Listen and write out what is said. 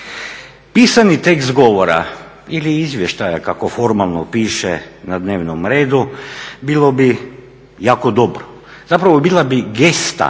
Pisani tekst govora ili izvještaja, kako formalno piše na dnevnom redu, bilo bi jako dobro, zapravo bila bi gesta,